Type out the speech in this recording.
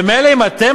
ומילא אם אתם,